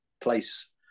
place